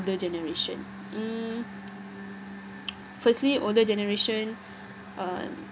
generation mm firstly older generation um